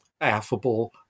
affable